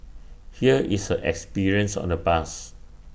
here is her experience on the bus